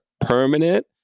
permanent